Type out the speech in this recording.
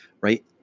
right